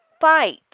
fight